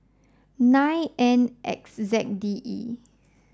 nine N X Z D E